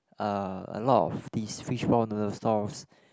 uh a lot of these fish ball noodle stalls